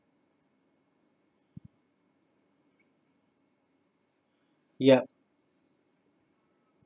yup